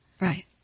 Right